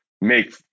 make